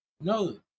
no